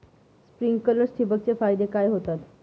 Sprinklers ठिबक चे फायदे काय होतात?